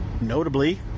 Notably